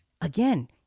again